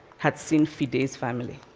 had seen fide's family.